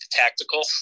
tactical